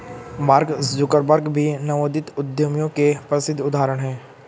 mark Zuckerberg भी नवोदित उद्यमियों के प्रसिद्ध उदाहरण हैं